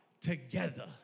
together